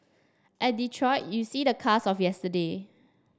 at Detroit you see the cars of yesterday